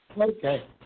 Okay